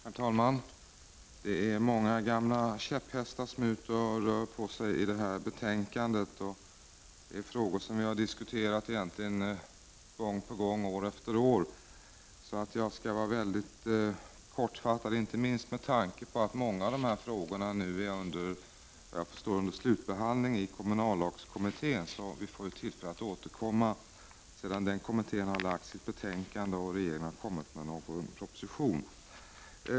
Herr talman! Det är många gamla käpphästar som är ute och rör på sig i detta betänkande. Det är frågor som vi egentligen har diskuterat år efter år. Jag skall därför vara väldigt kortfattad, inte minst med tanke på att många av dessa frågor nu är under slutbehandling i kommunallagskommittén. Vi får alltså tillfälle att återkomma sedan kommittén har lagt fram sitt betänkande och regeringen kommit med en proposition.